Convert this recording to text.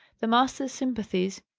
the master's sympathies,